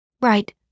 Right